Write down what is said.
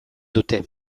dute